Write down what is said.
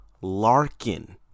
Larkin